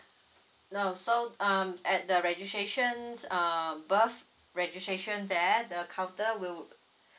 no so um at the registrations uh birth registration there the counter will